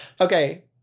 Okay